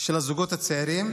של הזוגות הצעירים,